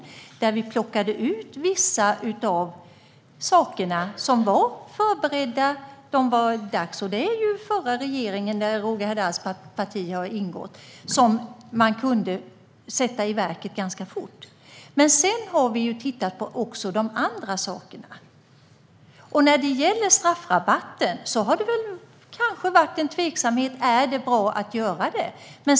Regeringen plockade fram vissa av de förslag som hade förberetts av den förra regeringen, där Roger Haddads parti ingick, och de kunde sättas i verket fort. Sedan har regeringen även tittat på andra frågor. När det gäller straffrabatten har det funnits en viss tveksamhet. Är det bra att genomföra förslagen?